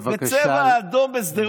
בבקשה, בצבע אדום בשדרות.